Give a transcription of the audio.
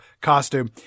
costume